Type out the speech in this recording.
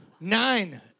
Nine